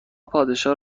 پادشاه